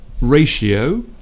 ratio